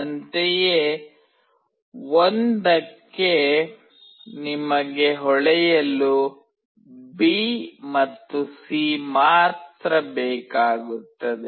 ಅಂತೆಯೇ 1 ಕ್ಕೆ ನಿಮಗೆ ಹೊಳೆಯಲು ಬಿ ಮತ್ತು ಸಿ ಮಾತ್ರ ಬೇಕಾಗುತ್ತದೆ